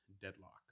Deadlock